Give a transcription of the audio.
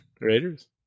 Raiders